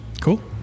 Cool